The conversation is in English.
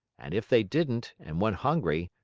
and if they didn't, and went hungry,